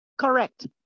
Correct